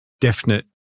definite